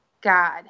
god